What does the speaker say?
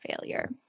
failure